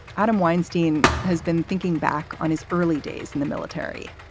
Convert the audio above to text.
adam weinstein has been thinking back on his early days in the military.